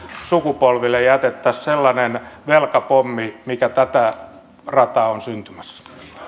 sukupolville jätettäisiin sellainen velkapommi mikä tätä rataa on syntymässä